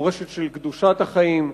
מורשת של קדושת החיים.